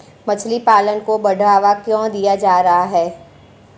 मछली पालन को बढ़ावा क्यों दिया जा रहा है?